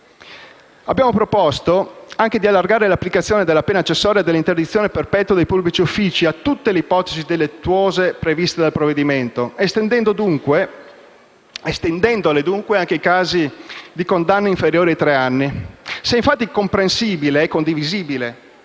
Abbiamo proposto anche di allargare l'applicazione della pena accessoria dell'interdizione perpetua dai pubblici uffici a tutte le ipotesi delittuose previste dal provvedimento, estendendola dunque anche ai casi di pene inferiori ai tre anni di reclusione. Se è, infatti, comprensibile e condivisibile